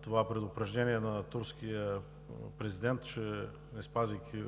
това предупреждение на турския президент, че не спазвайки